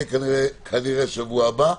כנראה בשבוע הבא.